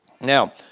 Now